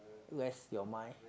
where's your mind